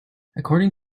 according